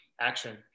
Action